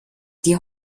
die